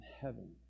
heaven